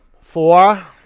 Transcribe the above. four